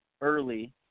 early